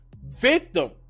Victim